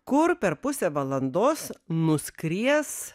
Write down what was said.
kur per pusę valandos nuskries